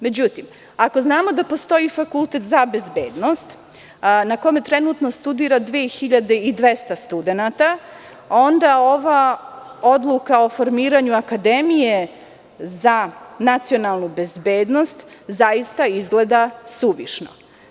Međutim, ako znamo da postoji Fakultet za bezbednost na kome trenutno studira 2200 studenata, onda ova odluka o formiranju Akademije za nacionalnu bezbednost zaista izgleda suvišno.